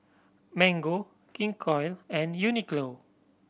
Mango King Koil and Uniqlo